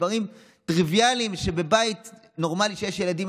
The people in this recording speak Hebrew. דברים טריוויאליים שיש בבית נורמלי שיש בו ילדים,